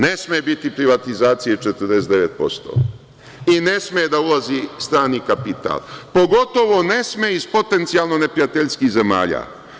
Ne sme biti privatizacije 49% i ne sme da ulazi strani kapital, pogotovo ne sme iz potencijalno neprijateljskih zemalja.